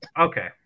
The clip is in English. Okay